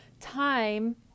time